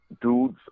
dudes